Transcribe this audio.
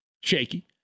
shaky